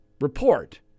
report